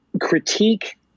critique